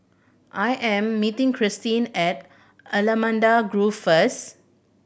I am meeting Kristin at Allamanda Grove first